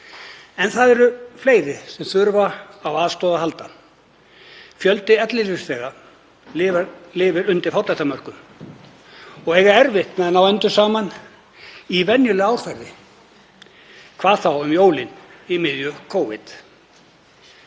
En það eru fleiri sem þurfa á aðstoð að halda. Fjöldi ellilífeyrisþega lifir undir fátæktarmörkum og á erfitt með að ná endum saman í venjulegu árferði, hvað þá um jólin í miðju Covid.